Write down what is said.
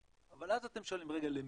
אבל אז אתם שואלים, רגע, למי?